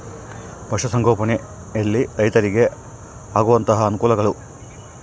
ಪಶುಸಂಗೋಪನೆಯಲ್ಲಿ ರೈತರಿಗೆ ಆಗುವಂತಹ ಅನುಕೂಲಗಳು?